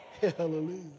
Hallelujah